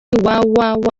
www